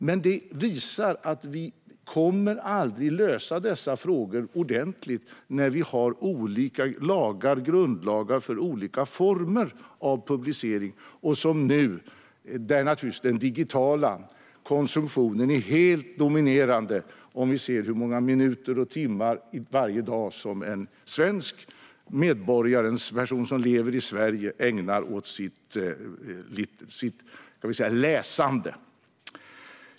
Men detta visar att vi inte kommer att kunna lösa dessa frågor ordentligt när vi har olika grundlagar för olika former av publicering. Nu är naturligtvis den digitala konsumtionen helt dominerande om vi ser till hur många minuter och timmar om dagen som en person som lever i Sverige ägnar åt sitt läsande.